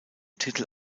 titel